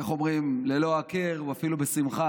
איך אומרים, ללא הכר, או אפילו בשמחה,